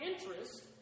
interest